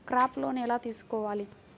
Crop loan ఎలా తీసుకోవాలి?